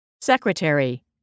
Secretary